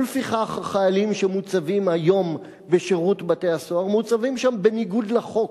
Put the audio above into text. ולפיכך החיילים שמוצבים היום בשירות בתי-הסוהר מוצבים שם בניגוד לחוק.